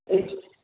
एज्यु